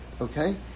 okay